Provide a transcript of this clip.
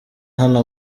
hano